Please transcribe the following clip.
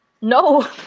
No